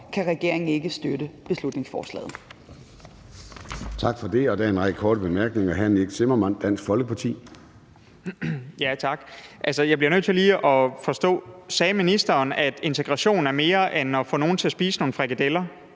kan regeringen ikke støtte beslutningsforslaget.